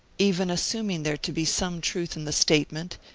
even assuming there to be some truth in the statement,